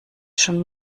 schon